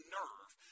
nerve